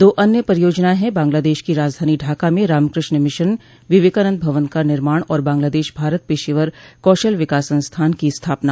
दो अन्य परियोजनाएं हैं बांग्लादेश की राजधानी ढाका में रामकृष्ण मिशन विवेकानंद भवन का निर्माण और बांग्लांदेश भारत पेशेवर कौशल विकास संस्थान की स्थापना